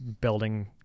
building